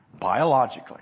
Biologically